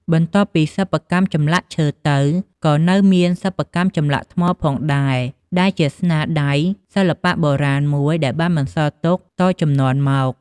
បន្ទាប់ពីសិប្បកម្មចម្លាក់ឈើទៅក៏នៅមានសិប្បកម្មចម្លាក់ថ្មផងដែរដែលជាស្នាដៃ សិល្បៈបុរាណមួយដែលបានបន្សល់ទុកតជំនាន់មក។